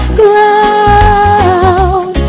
ground